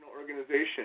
organization